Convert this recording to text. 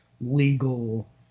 legal